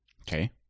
Okay